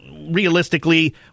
Realistically